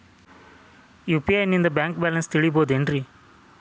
UPI ನಿಂದ bank balance ತಿಳಿಬಹುದೇನ್ರಿ?